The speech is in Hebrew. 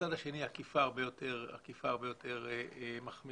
ובצד השני אכיפה הרבה יותר מחמירה,